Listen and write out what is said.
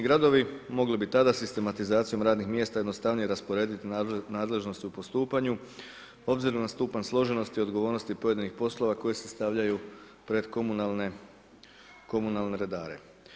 gradovi, mogli bi tada sistematizacijom radnih mjesta jednostavnije rasporediti nadležnosti u postupanju, obzirom na stupanj složenost, odgovornosti pojedinih poslova, koje se stavljaju pred komunalne redare.